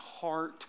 heart